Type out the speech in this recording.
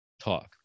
talk